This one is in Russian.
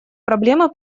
проблемы